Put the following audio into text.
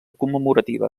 commemorativa